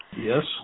Yes